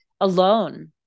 alone